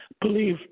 Believe